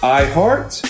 iHeart